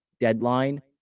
deadline